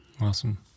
Awesome